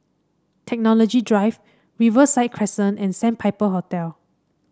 Technology Drive Riverside Crescent and Sandpiper Hotel